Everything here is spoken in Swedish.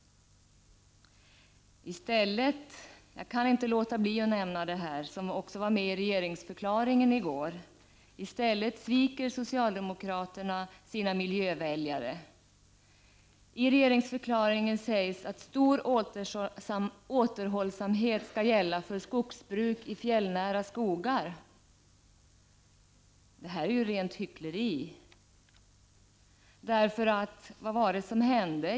Jag kan inte låta bli att beröra det som också nämndes i regeringsförklaringen i går. Socialdemokraterna sviker sina miljöväljare så att säga. I regeringsförklaringen sägs nämligen att stor återhållsamhet skall gälla för skogsbruk i fjällnära skogar. Det är ju rent hyckleri! Vad var det nämligen som hände?